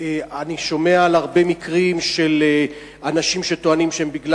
אני שומע על הרבה מקרים של אנשים שטוענים שמפני